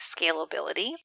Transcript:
scalability